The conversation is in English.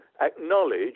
acknowledge